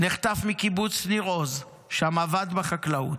שנחטף מקיבוץ ניר עוז, ששם עבד בחקלאות,